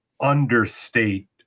understate